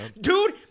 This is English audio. Dude